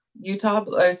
Utah